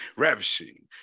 ravishing